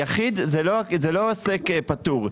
'יחיד' זה לא עוסק פטור,